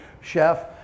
chef